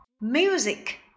music